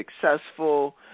successful